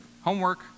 homework